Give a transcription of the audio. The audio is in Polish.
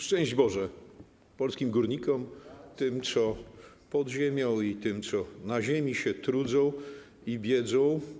Szczęść Boże polskim górnikom, tym, co pod ziemią, i tym, co na ziemi się trudzą i biedzą.